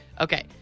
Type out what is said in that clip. Okay